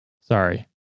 Sorry